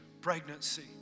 pregnancy